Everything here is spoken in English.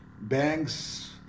banks